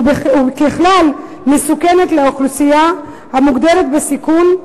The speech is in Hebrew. וככלל מסוכנת לאוכלוסייה המוגדרת בסיכון,